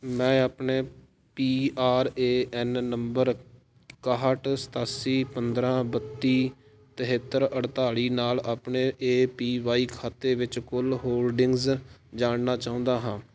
ਮੈਂ ਆਪਣੇ P R A N number ਇੱਕਾਹਠ ਸਤਾਸੀ ਪੰਦਰਾਂ ਬੱਤੀ ਤਿਹੱਤਰ ਅਠਤਾਲੀ ਨਾਲ ਆਪਣੇ ਏ ਪੀ ਵਾਈ ਖਾਤੇ ਵਿੱਚ ਕੁੱਲ ਹੋਲਡਿੰਗਜ਼ ਜਾਣਨਾ ਚਾਹੁੰਦਾ ਹਾਂ